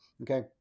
Okay